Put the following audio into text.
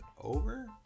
over